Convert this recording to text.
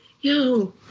Yo